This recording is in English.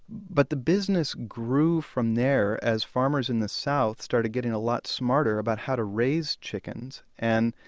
but the business grew from there as farmers in the south started getting a lot smarter about how to raise chickens. and